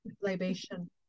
libation